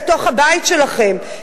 לתוך הבית שלכם,